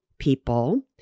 People